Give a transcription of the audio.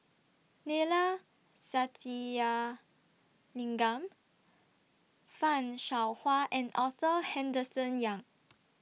Neila Sathyalingam fan Shao Hua and Arthur Henderson Young